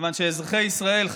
כיוון שאזרחי ישראל,